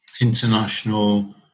international